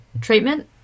Treatment